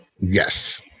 Yes